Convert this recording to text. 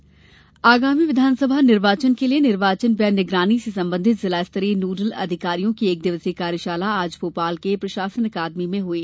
निर्वाचन व्यय आगामी विधानसभा निर्वाचन के लिए निर्वाचन व्यय निगरानी से संबंधित जिलास्तरीय नोडल अधिकारियों की एक दिवसीय कार्यशाला आज भोपाल के प्रशासन अकादमी में संपन्न हुई